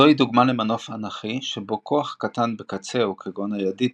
זוהי דוגמה למנוף אנכי שבו כוח קטן בקצהו כגון הידית,